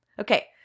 Okay